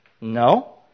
No